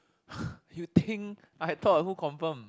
you think I thought who confirm